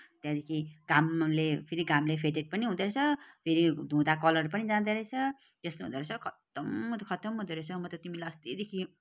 त्यहाँदेखि घामले फेरि घामले फेडेड पनि हुँदोरहेछ फेरि धुँदा कलर पनि जाँदेरहेछ त्यस्तो हुँदोरहेछ खत्तम म त खत्तम हुँदोरहेछ म त तिमीलाई अस्तिदेखि